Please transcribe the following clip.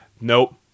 nope